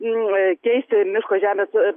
keisti miško žemės